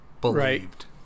believed